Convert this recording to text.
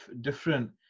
different